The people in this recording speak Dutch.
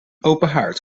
openhaard